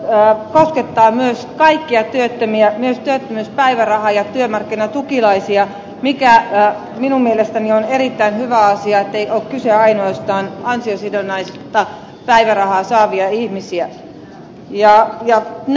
mustajärven lausumaehdotus koskettaa kaikkia työttömiä myös työttömyyspäivärahalla eläviä ja työmarkkinatukilaisia ja minun mielestäni on erittäin hyvä asia ettei ole kyse ainoastaan ansiosidonnaista päivärahaa saavista ihmisistä